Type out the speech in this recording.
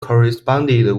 corresponded